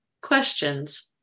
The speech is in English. questions